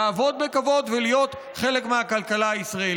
לעבוד בכבוד ולהיות חלק מהכלכלה הישראלית.